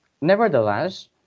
Nevertheless